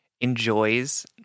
enjoys